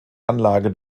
anlage